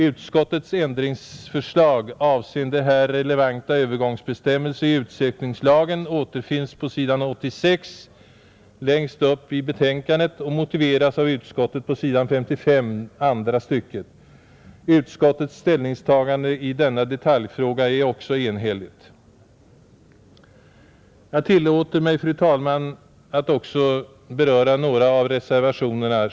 Utskottets ändringsförslag avseende här relevanta övergångsbestämmelse i utsökningslagen återfinns på s. 86 längst upp i betänkandet och motiveras av utskottet på s. 55, andra stycket. Utskottets ställningstagande i denna detaljfråga är också enhälligt. Jag tillåter mig, fru talman, att också beröra några av reservationerna.